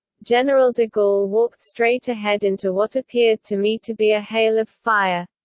general de gaulle walked straight ahead into what appeared to me to be a hail of fire.